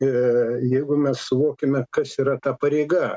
ir jeigu mes suvokiame kas yra ta pareiga